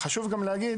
חשוב להגיד